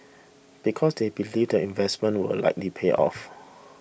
because they believe the investment will likely pay off